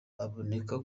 aboneka